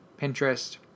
Pinterest